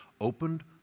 opened